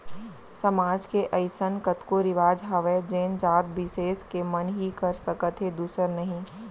समाज के अइसन कतको रिवाज हावय जेन जात बिसेस के मन ही कर सकत हे दूसर नही